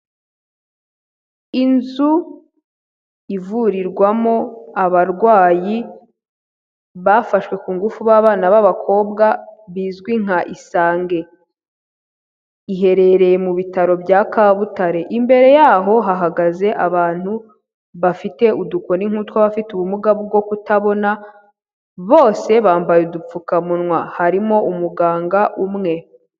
Inzu ivurirwamo abarwayi bafashwe ku ngufu b'abana b'abakobwa bizwi nka isange. Iherereye mu bitaro bya Kabutare. Imbere yaho hahagaze abantu bafite udukoni nk'utw'abafite ubumuga bwo kutabona, bose bambaye udupfukamunwa, harimo umuganga umwe.